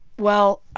well,